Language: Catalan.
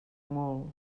molt